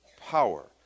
power